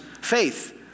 faith